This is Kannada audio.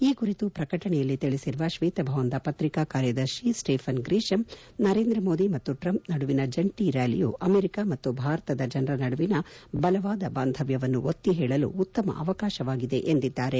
ಈ ಕುರಿತು ಪ್ರಕಟಣೆಯಲ್ಲಿ ತಿಳಿಸಿರುವ ಶ್ವೇತ ಭವನದ ಪತ್ರಿಕಾ ಕಾರ್ಯದರ್ಶಿ ಸ್ವೆಫನ್ ಗ್ರೀಶಮ್ ನರೇಂದ್ರ ಮೋದಿ ಮತ್ತು ಟ್ರಂಪ್ ನಡುವಿನ ಜಂಟಿ ರ್ನಾಲಿಯು ಅಮೆರಿಕ ಮತ್ತು ಭಾರತದ ಜನರ ನಡುವಿನ ಬಲವಾದ ಬಾಂಧವ್ಯವನ್ನು ಒತ್ತಿ ಹೇಳಲು ಉತ್ತಮ ಅವಕಾಶವಾಗಿದೆ ಎಂದಿದ್ದಾರೆ